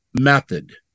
method